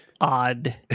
Odd